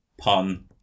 Pun